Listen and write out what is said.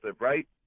right